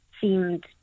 seemed